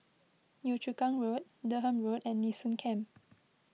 Yio Chu Kang Road Durham Road and Nee Soon Camp